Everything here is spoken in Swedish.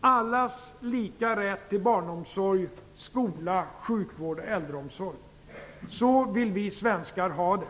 Allas lika rätt till barnomsorg, skola, sjukvård och äldreomsorg - så vill vi svenskar ha det.